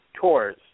tours